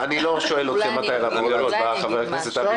אני לא שואל אתכם מתי לעבור להצבעה חבר הכנסת אבי